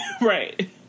right